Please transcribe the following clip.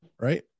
Right